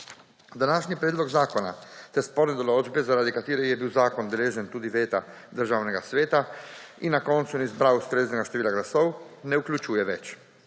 Današnji predlog zakona te sporne določbe, zaradi katere je bil zakon deležen tudi veta Državnega sveta in na koncu ni zbral ustreznega števila glasov, ne vključuje več.